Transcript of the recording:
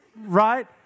right